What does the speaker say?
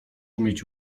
umieć